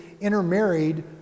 intermarried